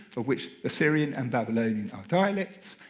of which assyrian and babylonian are dialects,